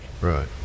right